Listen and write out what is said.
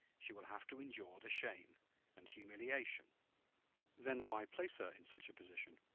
she will have to endure the shame and humiliation then why place her in such a position?